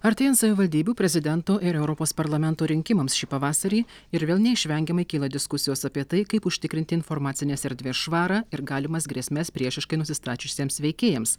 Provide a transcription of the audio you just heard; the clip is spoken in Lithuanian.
artėjant savivaldybių prezidento ir europos parlamento rinkimams šį pavasarį ir vėl neišvengiamai kyla diskusijos apie tai kaip užtikrinti informacinės erdvės švarą ir galimas grėsmes priešiškai nusistačiusiems veikėjams